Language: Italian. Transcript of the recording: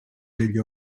degli